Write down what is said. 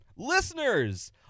Listeners